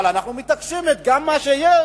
אבל אנחנו מתעקשים: גם מה שיש,